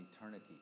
eternity